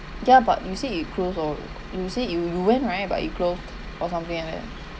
ya but you say it close or you say you you went right but it close or something like that